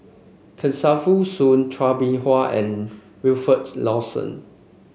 Kesavan Soon Chua Beng Huat and Wilfed Lawson